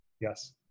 Yes